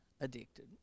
addicted